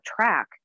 track